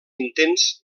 intents